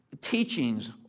teachings